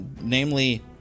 namely